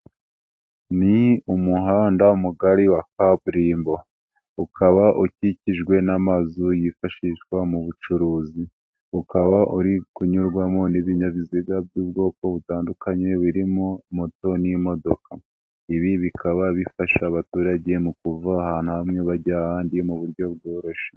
Ni umuhanda mugari wa kaburimbo, ukaba ukikijwe n'amazu yifashishwa mu bucuruzi. Ukaba uri kunyurwamo n'ibinyabiziga by'ubwoko butandukanye birimo moto n'imodoka. Ibi bikaba bifasha abaturage mu kuva ahantu hamwe bajya ahandi mu buryo bworoshye.